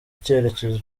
icyerekezo